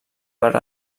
per